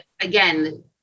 again